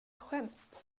skämt